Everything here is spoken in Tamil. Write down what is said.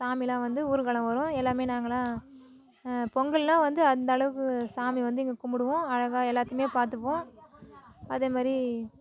சாமியெலாம் வந்து ஊர்வலம் வரும் எல்லாமே நாங்கெளாம் பொங்கெல்லாம் வந்து அந்த அளவுக்கு சாமி வந்து இங்கே கும்பிடுவோம் அழகாக எல்லாத்தையுமே பார்த்துப்போம் அதேமாரி